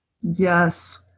Yes